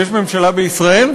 יש ממשלה בישראל?